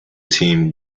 team